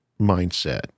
mindset